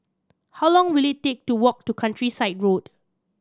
how long will it take to walk to Countryside Road